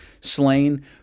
slain